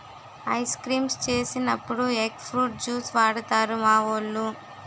ice creams చేసినప్పుడు egg fruit juice వాడుతారు మావోలు